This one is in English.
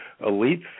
elites